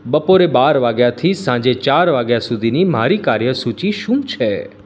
બપોરે બાર વાગ્યાથી સાંજે ચાર વાગ્યા સુધીની મારી કાર્યસૂચિ શું છે